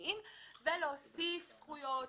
המקומיים ולהוסיף זכויות,